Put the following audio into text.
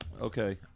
okay